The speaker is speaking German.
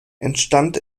entstand